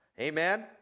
Amen